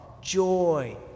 joy